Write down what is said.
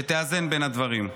שתאזן בין הדברים.